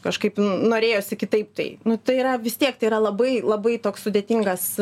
kažkaip norėjosi kitaip tai nu tai yra vis tiek tai yra labai labai toks sudėtingas